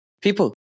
people